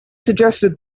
suggested